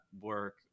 work